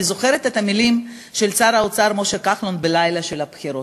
אני זוכרת את המילים של שר האוצר משה כחלון בליל הבחירות.